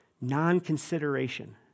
non-consideration